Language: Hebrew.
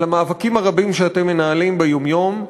על המאבקים הרבים שאתם מנהלים ביום-יום,